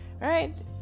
right